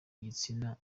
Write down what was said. ibitsina